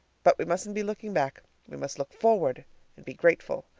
but we mustn't be looking back we must look forward and be grateful.